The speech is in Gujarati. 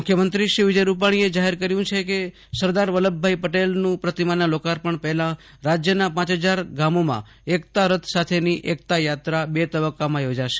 મુખ્યમંત્રી વિજયભાઈ રૂપાણીએ જાહેર કર્યું છે કે સરદાર વલ્લભભાઈ પટેલનું પ્રતિમાના લોકાર્પણ પહેલા રાજ્યના પ હજાર ગામોમાં એકતા રથ સાથેની એકતા યાત્રા બે તબક્કામાં યોજાશે